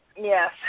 Yes